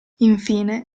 infine